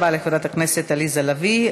תודה רבה לחברת הכנסת עליזה לביא.